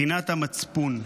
בחינת מצפון,